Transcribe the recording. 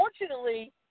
Unfortunately